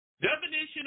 Definition